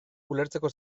ulertzeko